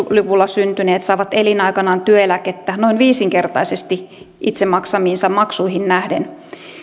luvulla syntyneet saavat elinaikanaan työeläkettä noin viisinkertaisesti itse maksamiinsa maksuihin nähden